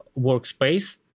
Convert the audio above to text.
workspace